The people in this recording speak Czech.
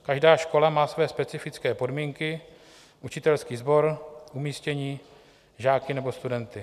Každá škola má své specifické podmínky, učitelský sbor, umístění, žáky nebo studenty.